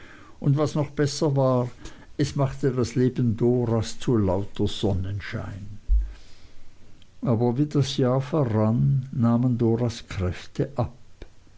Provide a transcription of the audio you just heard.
und was noch besser war es machte das leben doras zu lauter sonnenschein aber wie das jahr verrann nahmen doras kräfte ab